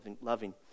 loving